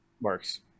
works